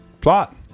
plot